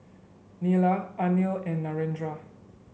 Neila Anil and Narendra